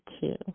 two